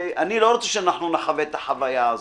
אני לא רוצה שאנחנו נחווה את החוויה הזאת.